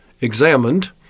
examined